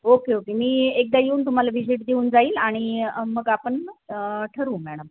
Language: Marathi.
ओके ओके मी एकदा येऊन तुम्हाला व्हिजिट देऊन जाईल आणि मग आपण ठरवू मॅडम